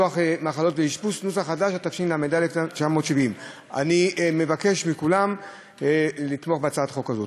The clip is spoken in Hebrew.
התש"ל 1970. אני מבקש מכולם לתמוך בהצעת החוק הזאת.